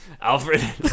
Alfred